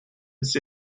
its